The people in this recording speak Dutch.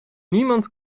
niemand